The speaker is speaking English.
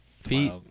feet